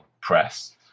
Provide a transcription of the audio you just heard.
press